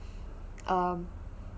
um